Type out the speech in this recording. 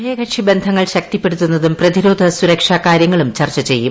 ഉഭയകക്ഷി ബന്ധങ്ങൾ ശക്തിപ്പെടുത്തുന്നതും പ്രതിരോധ സുരക്ഷാ കാര്യങ്ങളും ചർച്ച ചെയ്യും